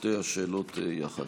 שתי השאלות יחד.